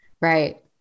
Right